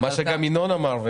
מה שגם ינון אמר,